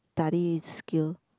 study skill